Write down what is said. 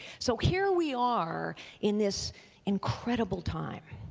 so here we are in this incredible time.